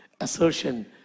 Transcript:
assertion